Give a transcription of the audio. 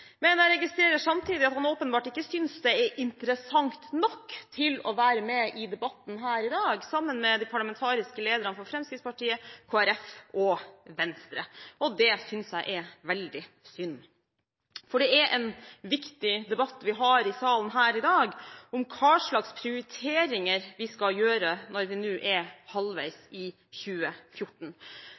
men jeg registrerer samtidig at han – sammen med de parlamentariske lederne for Fremskrittspartiet, Kristelig Folkeparti og Venstre – åpenbart ikke synes det er interessant nok til å være med i debatten her i dag. Det synes jeg er veldig synd, for det er en viktig debatt vi har i salen her i dag, om hva slags prioriteringer vi skal gjøre når vi nå er halvveis i 2014